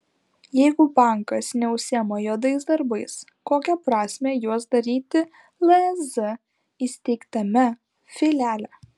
jeigu bankas neužsiima juodais darbais kokia prasmė juos daryti lez įsteigtame filiale